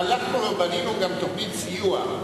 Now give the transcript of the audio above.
הלכנו ובנינו גם תוכנית סיוע.